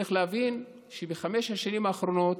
צריך להבין שבחמש השנים האחרונות,